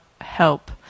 help